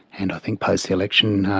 and think post the election,